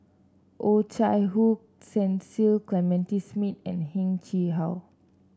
Oh Chai Hoo Cecil Clementi Smith and Heng Chee How